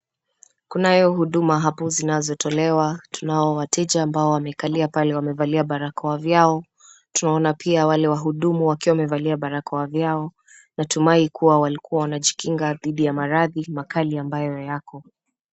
Kunayo huduma hapo zinazotolewa, tunao wateja ambao wamekalia pale wamevalia barakoa vyao, tunaona pia wale wahudumu wakiwa wamevalia barakoa vyao. Natumai kuwa walikuwa wanajikinga dhidi ya maradhi makali ambayo yako.